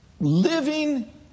Living